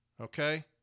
okay